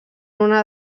una